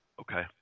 Okay